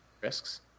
risks